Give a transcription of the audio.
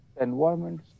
environment